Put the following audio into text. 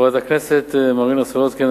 חברת הכנסת מרינה סולודקין,